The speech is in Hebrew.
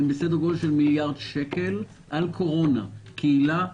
הן בסדר גודל של מיליארד שקל על קורונה קהילה,